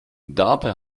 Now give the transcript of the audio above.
dabei